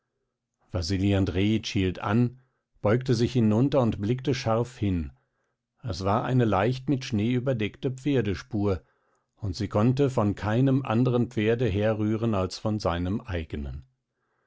andrejitsch hielt an beugte sich hinunter und blickte scharf hin es war eine leicht mit schnee überdeckte pferdespur und sie konnte von keinem anderen pferde herrühren als von seinem eigenen